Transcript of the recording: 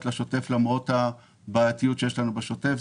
לשוטף למרות הבעייתיות שיש לנו בשוטף.